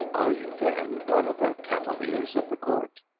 are you, then, one of the cavaliers of the court?